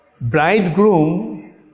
bridegroom